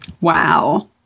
Wow